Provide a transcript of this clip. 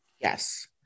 Yes